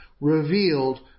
revealed